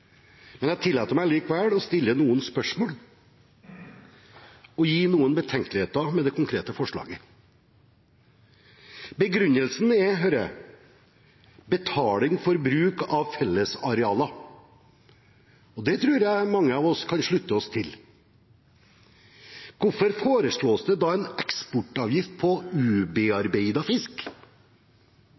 men jeg tillater meg likevel å stille noen spørsmål og gi noen betenkeligheter ved det konkrete forslaget. Begrunnelsen er denne: betaling for bruk av felles arealer. Det tror jeg mange av oss kan slutte oss til. Hvorfor foreslås det en eksportavgift på ubearbeidet fisk?